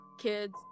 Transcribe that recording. kids